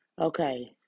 Okay